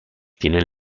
tienen